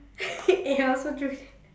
eh I also drew that